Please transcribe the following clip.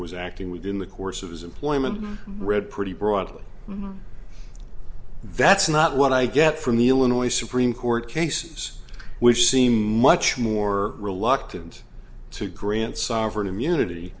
was acting within the course of his employment read pretty broadly that's not what i get from the illinois supreme court cases which seem much more reluctant to grant sovereign immunity